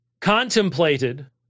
contemplated